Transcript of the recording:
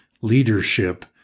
leadership